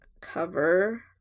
cover